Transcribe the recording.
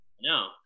No